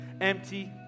empty